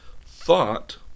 thought